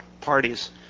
parties